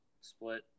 Split